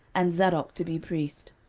and zadok to be priest.